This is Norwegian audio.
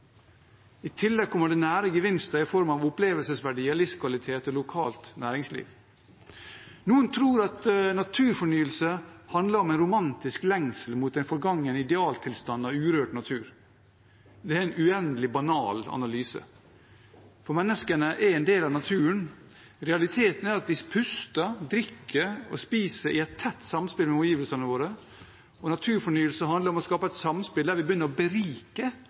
I tillegg kommer nære gevinster i form av opplevelsesverdier, livskvalitet og lokalt næringsliv. Noen tror at naturfornyelse handler om en romantisk lengsel etter en forgangen idealtilstand av urørt natur. Det er en uendelig banal analyse. Menneskene er en del av naturen, realiteten er at vi puster, drikker og spiser i tett samspill med våre omgivelser, og naturfornyelse handler om å skape et samspill der vi begynner å berike